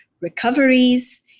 recoveries